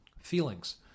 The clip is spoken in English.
Feelings